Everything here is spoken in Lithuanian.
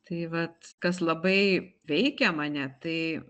tai vat kas labai veikia mane tai